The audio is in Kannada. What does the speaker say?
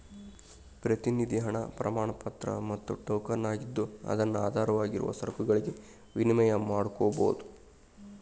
ಪ್ರತಿನಿಧಿ ಹಣ ಪ್ರಮಾಣಪತ್ರ ಮತ್ತ ಟೋಕನ್ ಆಗಿದ್ದು ಅದನ್ನು ಆಧಾರವಾಗಿರುವ ಸರಕುಗಳಿಗೆ ವಿನಿಮಯ ಮಾಡಕೋಬೋದು